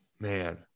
Man